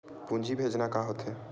पूंजी भेजना का होथे?